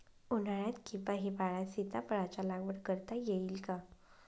उन्हाळ्यात किंवा हिवाळ्यात सीताफळाच्या लागवड करता येईल का?